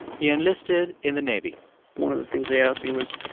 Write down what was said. he enlisted in the navy one of the things they asked me was,